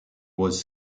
was